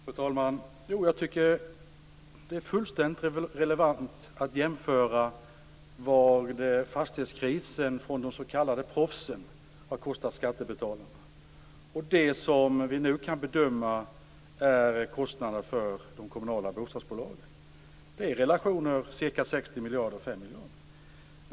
Fru talman! Jag tycker att det är fullständigt relevant att jämföra vad fastighetskrisen där de s.k. proffsen var inblandade har kostat skattebetalarna med det som vi nu kan bedöma att kostnaderna för de kommunala bostadsbolagen kommer att bli. Det är relationer på ca 60 miljarder kronor respektive 5 miljarder kronor.